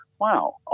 wow